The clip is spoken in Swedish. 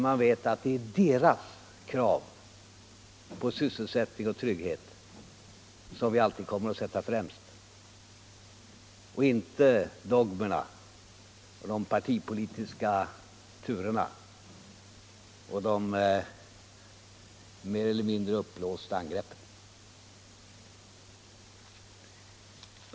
De vet att det är deras krav på sysselsättning och trygghet som vi alltid kommer att sätta främst, inte dogmerna och de partipolitiska turerna och de mer eller mindre uppblåsta angreppen.